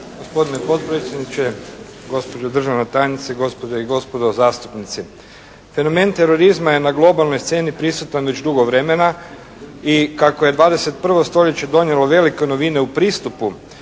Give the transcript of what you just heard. Gospodine potpredsjedniče, gospođo državna tajnice, gospođe i gospodo zastupnici. Termin terorizma je na globalnoj sceni prisutan već dugo vremena i kako je 21. stoljeće donijelo velike novine u pristupu